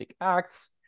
acts